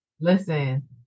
Listen